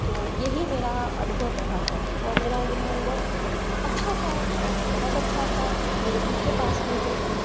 तो यही मेरा अनुभव रहा है और मेरा यह अनुभव अच्छा था बहुत अच्छा था मेरे खुद के पास में भी हैं